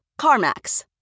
CarMax